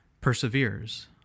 perseveres